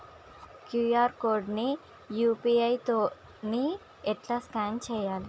QR code ని UPI తోని ఎట్లా స్కాన్ చేయాలి?